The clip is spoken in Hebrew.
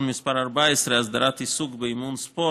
מס' 14) (הסדרת עיסוק באימון ספורט),